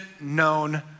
known